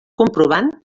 comprovant